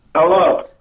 Hello